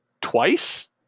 twice